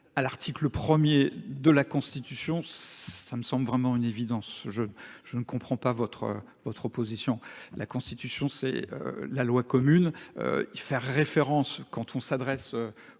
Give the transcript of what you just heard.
à l'article premier de la Constitution, ça me semble vraiment une évidence. Je ne comprends pas votre opposition. La Constitution, c'est la loi commune. Faire référence quand on s'adresse